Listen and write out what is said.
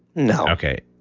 no okay.